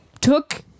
took